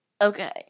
Okay